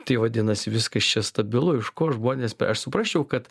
tai vadinasi viskas čia stabilu iš kur žmonės aš suprasčiau kad